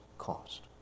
cost